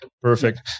Perfect